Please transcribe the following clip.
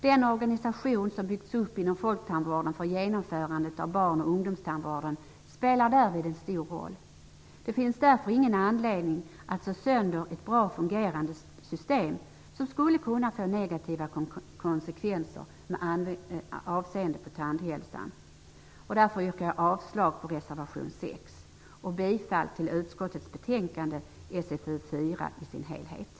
Den organisation som byggts upp inom folktandvården för genomförandet av barn och ungdomstandvården spelar därvid en stor roll. Det finns därför ingen anledning att slå sönder ett bra fungerande system. Det skulle kunna få negativa konsekvenser med avseende på tandhälsan. Därmed yrkar jag avslag även på reservation 6 och bifall till utskottets hemställan i sin helhet i betänkande SfU4.